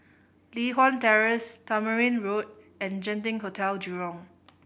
Li Hwan Terrace Tamarind Road and Genting Hotel Jurong